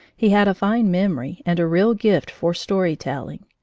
he had a fine memory and a real gift for story-telling.